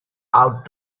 out